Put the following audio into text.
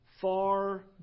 Far